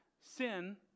sin